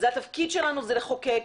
התפקיד שלנו לחוקק.